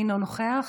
אינו נוכח,